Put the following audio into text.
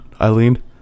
Eileen